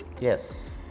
Yes